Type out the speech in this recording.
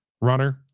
runner